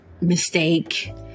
mistake